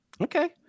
Okay